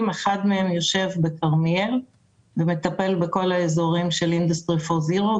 כאשר אחד מהם יושב בכרמיאל ומטפל בכל האזורים של אינדסטרי פור זירו,